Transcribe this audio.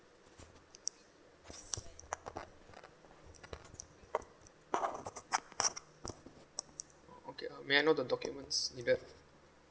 okay uh may I know the documents needed